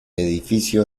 edificio